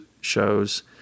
shows